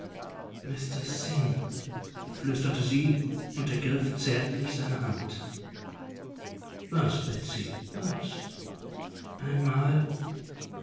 flüsterte sie und ergriff zärtlich seine hand was betsy was einmal